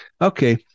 Okay